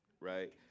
Right